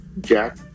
jack